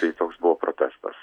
tai toks buvo protestas